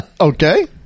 Okay